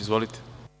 Izvolite.